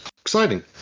exciting